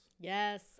yes